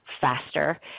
faster